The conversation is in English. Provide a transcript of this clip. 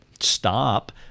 stop